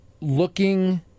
looking